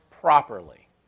properly